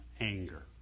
anger